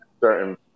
certain